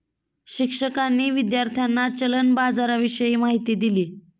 शिक्षकांनी विद्यार्थ्यांना चलन बाजाराविषयी माहिती दिली